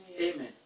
amen